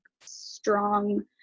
strong